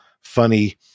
funny